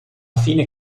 fine